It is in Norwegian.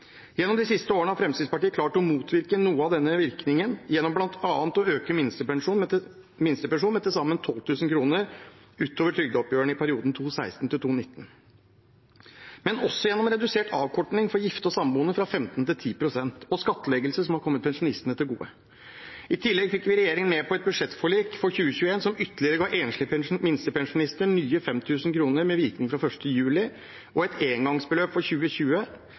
Gjennom de siste årene har Fremskrittspartiet klart å motvirke noe av dette, bl.a. gjennom å øke minstepensjonen med til sammen 12 000 kr utover trygdeoppgjørene i perioden 2016 til 2019, gjennom en redusert avkorting for gifte og samboende fra 15 pst. til 10 pst. og gjennom skattlegging som har kommet pensjonistene til gode. I tillegg fikk vi regjeringen med på et budsjettforlik for 2021 som ytterligere ga enslige minstepensjonister nye 5 000 kr, med virkning fra 1. juli, og et engangsbeløp for 2020.